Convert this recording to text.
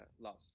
loss